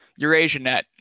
Eurasianet